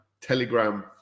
telegram